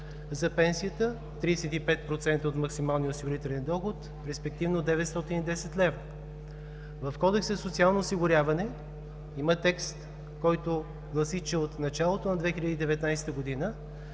за пенсията – 35% от максималния осигурителен доход, респективно 910 лв. В Кодекса за социално осигуряване има текст, който гласи, че от началото на 2019 г.